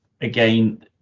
again